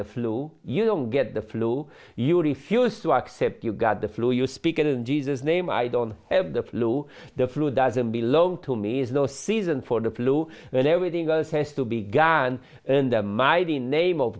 the flu you don't get the flu you refuse to accept you got the flu you speak in jesus name i don't have the flu the flu doesn't belong to me is no season for the flu when everything else has to be gan my the name of